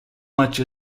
much